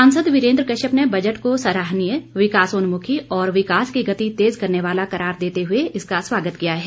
सांसद वीरेंद्र कश्यप ने बजट को सराहनीय विकासोन्मुखी और विकास की गति तेज करने वाला करार देते हुए इसका स्वागत किया है